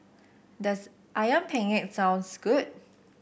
does ayam penyet taste good